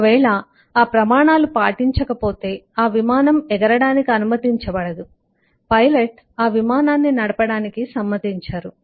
ఒకవేళ ఆ ప్రమాణాలు పాటించకపోతే ఆ విమానం ఎగరడానికి అనుమతించబడదు పైలట్ ఆ విమానాన్ని నడపడానికి సమ్మతించరు